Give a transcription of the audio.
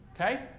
Okay